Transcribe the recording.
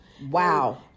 Wow